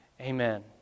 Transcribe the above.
amen